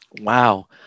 Wow